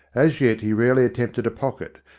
as yet he rarely attempted a pocket,